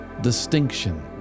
distinction